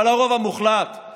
אבל הרוב המוחלט הם